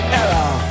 error